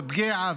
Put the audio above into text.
בקיעה,